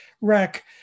rack